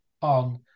on